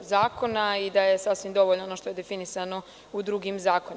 zakona i da je sasvim dovoljno ono što je definisano u drugim zakonima.